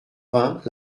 vingt